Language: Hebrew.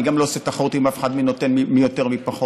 אני גם לא עושה תחרות עם אף אחד מי נותן יותר ומי פחות,